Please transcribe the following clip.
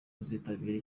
kuzitabira